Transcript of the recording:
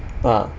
ah